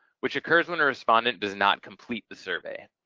which occurs when a respondent does not complete the survey.